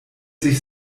sich